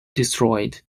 destroyed